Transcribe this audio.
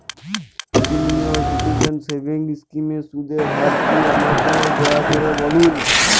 senior citizen savings স্কিমের সুদের হার কী আমাকে দয়া করে বলুন